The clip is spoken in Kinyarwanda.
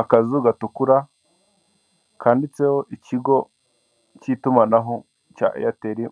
Akazu gatukura, kanditseho ikigo cy'itumanaho cya eyateri